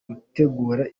gutegura